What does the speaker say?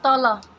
तल